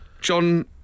John